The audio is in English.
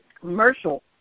commercial